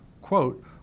quote